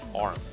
arm